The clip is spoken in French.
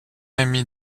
ami